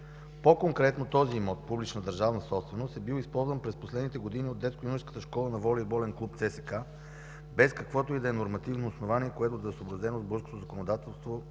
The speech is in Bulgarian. По-конкретно, този имот – публична държавна собственост, е бил използван през последните години от детско-юношеската школа на волейболен клуб ЦСКА без каквото и да било нормативно основание, което да е съобразено с българското законодателство,